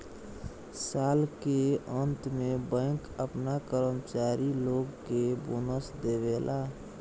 साल के अंत में बैंक आपना कर्मचारी लोग के बोनस देवेला